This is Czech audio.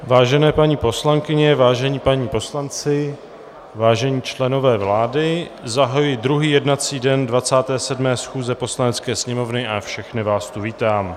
Vážené paní poslankyně, vážení páni poslanci, vážení členové vlády, zahajuji druhý jednací den 27. schůze Poslanecké sněmovny a všechny vás tu vítám.